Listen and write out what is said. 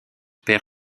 perd